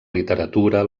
literatura